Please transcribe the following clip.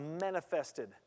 manifested